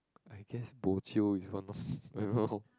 I guess bo jio is one of I don't know